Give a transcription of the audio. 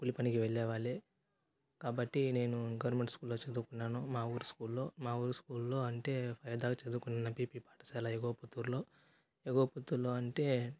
కూలీ పనికి వెళ్ళే వాళ్ళు కాబట్టి నేను గవర్నమెంట్ స్కూల్లో చదువుకున్నాను మా ఊరు స్కూల్లో మా ఊరు స్కూల్లో అంటే ఫైవ్ దాకా చదువుకున్నాను ఎంపీపీ పాఠశాల ఎగో పుత్తూరులో ఎగో పుత్తూరులో అంటే